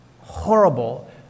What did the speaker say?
horrible